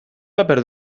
paper